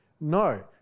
No